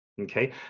okay